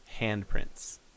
handprints